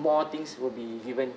more things will be given